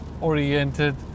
oriented